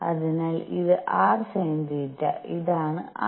അതിനാൽ ഇത് rsinθ ഇതാണ് rsinθ